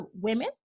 women